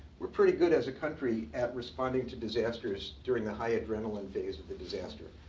we're pretty good as a country at responding to disasters during the high adrenaline phase of the disaster.